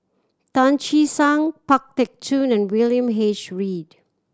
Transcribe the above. Tan Che Sang Pang Teck Joon and William H Read